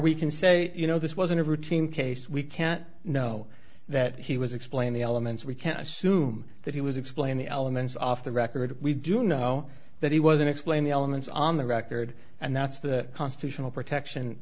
we can say you know this wasn't a routine case we can't know that he was explain the elements we can assume that he was explain the elements off the record we do know that he was and explain the elements on the record and that's the constitutional protection